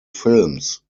films